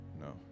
No